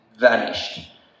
vanished